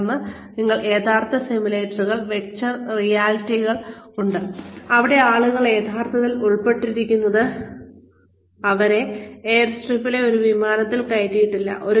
തുടർന്ന് നിങ്ങൾക്ക് യഥാർത്ഥ സിമുലേറ്ററുകൾ വെർച്വൽ റിയാലിറ്റികൾ ഉണ്ട് അവിടെ ആളുകളെ എയർസ്ട്രിപ്പിലെ ഒരു വിമാനത്തിൽ കയറ്റിയിട്ടില്ല